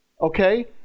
Okay